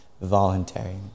voluntary